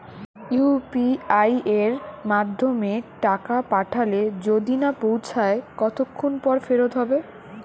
UPI য়ের মাধ্যমে টাকা পাঠালে যদি না পৌছায় কতক্ষন পর ফেরত হবে?